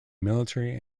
military